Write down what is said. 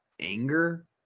anger